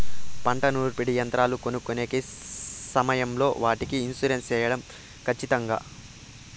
పంట నూర్పిడి యంత్రాలు కొనుక్కొనే సమయం లో వాటికి ఇన్సూరెన్సు సేయడం ఖచ్చితంగా?